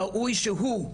ראוי שהוא,